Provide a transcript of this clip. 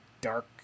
dark